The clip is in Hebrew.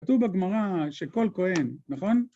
כתוב בגמרא שכל כהן, נכון?